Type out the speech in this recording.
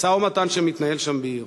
המשא-ומתן שמתנהל שם עם איראן,